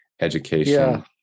education